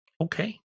Okay